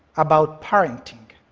about parenting.